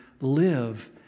live